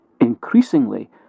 Increasingly